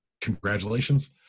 Congratulations